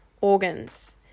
organs